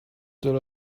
that